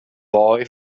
boy